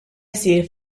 jsir